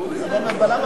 1 נתקבל.